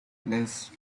less